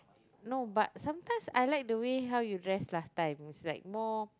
no but sometimes I like the way how you dressed last time is like more